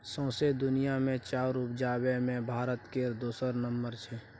सौंसे दुनिया मे चाउर उपजाबे मे भारत केर दोसर नम्बर छै